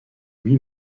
lui